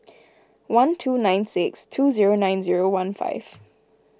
one two nine six two zero nine zero one five